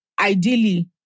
ideally